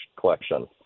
collection